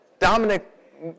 Dominic